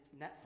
Netflix